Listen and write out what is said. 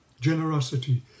generosity